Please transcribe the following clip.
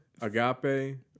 agape